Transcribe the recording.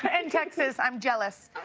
ah in texas, i'm jealous.